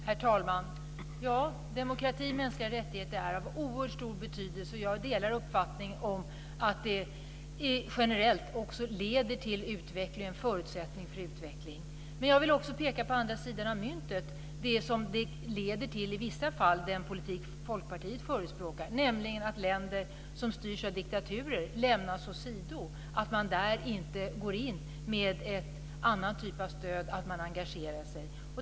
Herr talman! Ja, demokrati och mänskliga rättigheter är av oerhört stor betydelse. Jag delar uppfattningen att det generellt också leder till utveckling och är en förutsättning för utveckling. Men jag vill också peka på andra sidan av myntet, det den politik som Folkpartiet förespråkar i vissa fall leder till, nämligen att länder som styrs av diktaturer lämnas å sido, att man där inte går in med annan typ av stöd, inte engagerar sig.